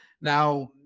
Now